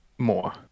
More